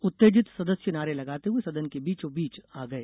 उत्तेजित सदस्य नारे लगाते हुए सदन के बीचो बीच आ गये